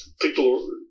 people